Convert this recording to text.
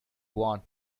want